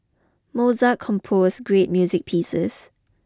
Mozart composed great music pieces